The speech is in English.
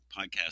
podcast